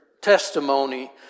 testimony